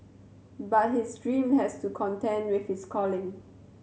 but his dream has to contend with his calling